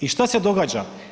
I šta se događa?